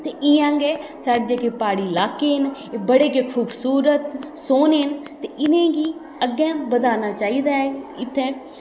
ते इ'यां गै साढ़े जेह्के प्हाड़ी लाके न एह् बडे़ गै खूबसूरत सोह्ने न ते इ'नें गी अग्गें बधाना चाहिदा ऐ इत्थें